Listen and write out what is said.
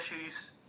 issues